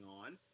on